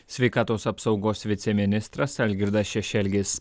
sveikatos apsaugos viceministras algirdas šešelgis